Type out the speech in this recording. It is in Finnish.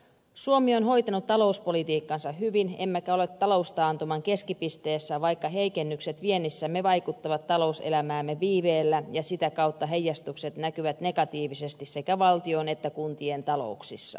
suomi on hoitanut talouspolitiikkansa hyvin emmekä ole taloustaantuman keskipisteessä vaikka heikennykset viennissämme vaikuttavat talouselämäämme viiveellä ja sitä kautta heijastukset näkyvät negatiivisesti sekä valtion että kuntien talouksissa